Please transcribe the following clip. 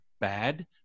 bad